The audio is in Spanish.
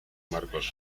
marcos